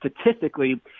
statistically